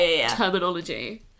terminology